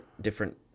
different